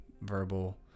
verbal